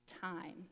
time